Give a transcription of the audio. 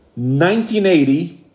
1980